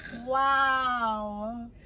Wow